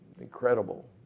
incredible